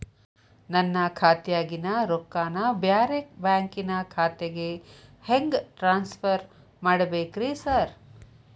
ನನ್ನ ಖಾತ್ಯಾಗಿನ ರೊಕ್ಕಾನ ಬ್ಯಾರೆ ಬ್ಯಾಂಕಿನ ಖಾತೆಗೆ ಹೆಂಗ್ ಟ್ರಾನ್ಸ್ ಪರ್ ಮಾಡ್ಬೇಕ್ರಿ ಸಾರ್?